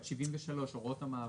את סעיף 73, הוראות המעבר.